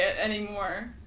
anymore